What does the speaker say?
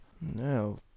No